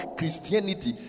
Christianity